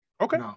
Okay